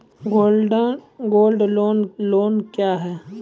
Gold loan loan क्या हैं?